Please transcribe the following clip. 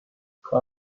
کار